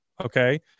okay